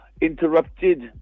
interrupted